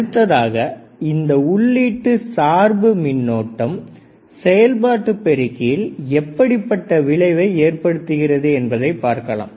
அடுத்ததாக இந்த உள்ளிட்டு சார்பு மின்னோட்டம் செயல்பாட்டு பெருக்கியில் எப்படிப்பட்ட விளைவை ஏற்படுத்துகிறது என்பதை பார்க்கலாம்